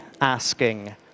asking